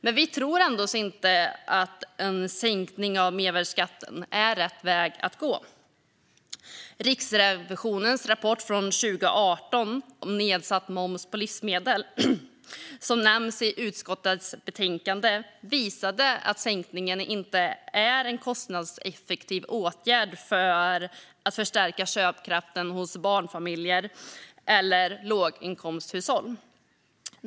Men vi tror ändå inte att en sänkning av mervärdesskatten är rätt väg att gå. Riksrevisionens rapport från 2018 om nedsatt moms på livsmedel som nämns i utskottets betänkande visade att sänkning inte är en kostnadseffektiv åtgärd för att förstärka köpkraften hos barnfamiljer och låginkomsthushåll.